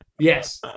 Yes